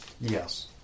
Yes